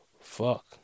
fuck